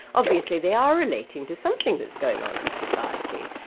obviously they are relating to something that's going on in society,